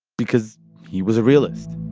because he was a realist